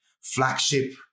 flagship